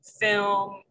film